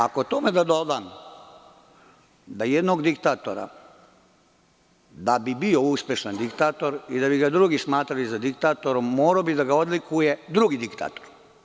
Ako tome dodam da jednog diktatora, da bi bio uspešan diktator i da bi ga drugi smatrali za diktatora morao bi da ga odlikuje drugi diktator.